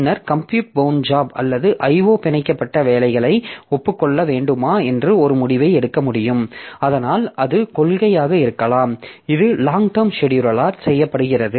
பின்னர் compute bound job அல்லது IO பிணைக்கப்பட்ட வேலைகளை ஒப்புக் கொள்ள வேண்டுமா என்று ஒரு முடிவை எடுக்க முடியும் அதனால் அது கொள்கையாக இருக்கலாம் இது லாங் டெர்ம் செடியூலரால் செய்யப்படுகிறது